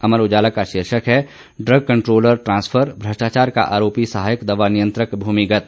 अमर उजाला का शीर्षक है इग कंट्रोलर ट्रांसफर भ्रष्टाचार का आरोपी सहायक दवा नियंत्रक भूमिगत